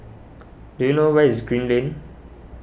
do you know where is Green Lane